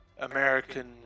American